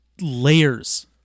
Layers